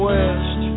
West